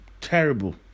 terrible